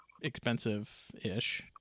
expensive-ish